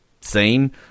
scene